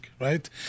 right